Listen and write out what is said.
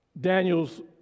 Daniel's